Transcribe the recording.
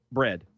bread